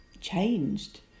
changed